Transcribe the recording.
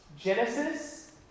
Genesis